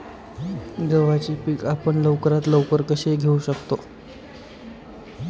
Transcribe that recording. गव्हाचे पीक आपण लवकरात लवकर कसे घेऊ शकतो?